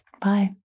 Bye